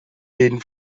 den